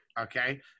okay